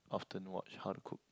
often watch how to cook